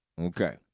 Okay